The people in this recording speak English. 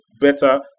better